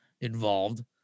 involved